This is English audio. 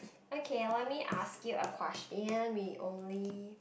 okay let me ask you a question we only